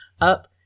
up